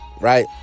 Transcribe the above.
Right